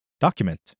Document